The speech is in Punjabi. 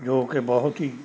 ਜੋ ਕਿ ਬਹੁਤ ਹੀ